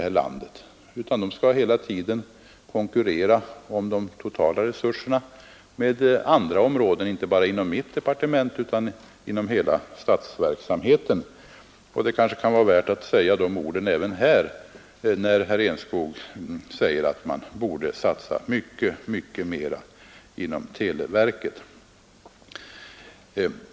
Alla dessa områden skall hela tiden konkurrera om de totala resurserna med andra områden, inte bara inom mitt eget departement utan inom hela statsverksamheten. Det kan kanske vara värt att säga de orden även här, när herr Enskog hävdar att man nu borde satsa mycket, mycket mera inom televerket.